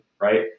right